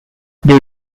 due